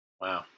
Wow